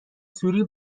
سوری